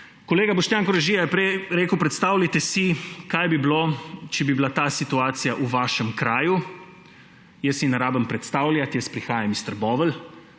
Kolega Boštjan Koražija je prej rekel, predstavljajte si, kaj bi bilo, če bi bila ta situacija v vašem kraju. Jaz si ne rabim predstavljati, jaz prihajam iz Trbovelj,